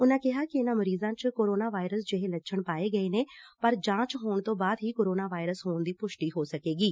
ਉਨਾ ਕਿਹਾ ਕਿ ਇਨ੍ਹਾਂ ਮਰੀਜ਼ਾਂ ਚ ਕੋਰੋਨਾ ਵਾਇਰਸ ਜਿਹੇ ਲੱਛਣ ਪਾਏ ਗਏ ਨੇ ਪਰ ਜਾਂਚ ਹੋਣ ਤੋਂ ਬਾਅਦ ਹੀ ਕੋਰੋਨਾ ਵਾਇਰਸ ਹੋਣ ਦੀ ਪੁਸ਼ਟੀ ਹੋ ਸਕੇਗੀ